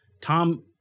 Tom